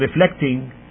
reflecting